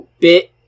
Bit